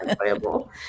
enjoyable